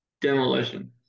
Demolition